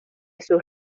sus